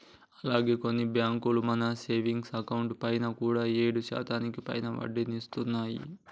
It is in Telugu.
అలాగే కొన్ని బ్యాంకులు మన సేవింగ్స్ అకౌంట్ పైన కూడా ఏడు శాతానికి పైగా వడ్డీని ఇస్తున్నాయి